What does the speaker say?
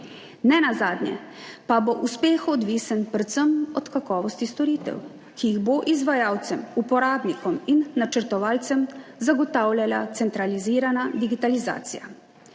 Nenazadnje pa bo uspeh odvisen predvsem od kakovosti storitev, ki jih bo izvajalcem, uporabnikom in načrtovalcem zagotavljala centralizirana digitalizacija.